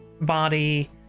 body